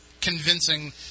convincing